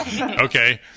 Okay